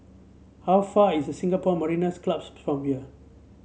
how far is Singapore Mariners' Club from here